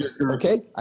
Okay